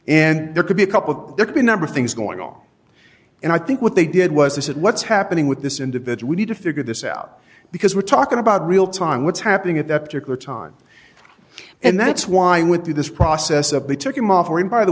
and there could be a couple of there could be a number of things going on and i think what they did was they said what's happening with this individual need to figure this out because we're talking about real time what's happening at that particular time and that's why with through this process of they took him off by the